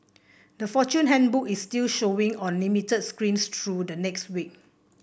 the Fortune Handbook is still showing on limited screens through the next week